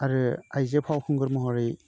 आरो आयजो फावखुंगुर महरै